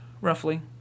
roughly